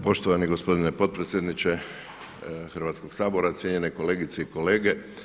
Poštovani gospodine potpredsjedniče Hrvatskoga sabora, cijenjene kolegice i kolege.